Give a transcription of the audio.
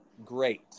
great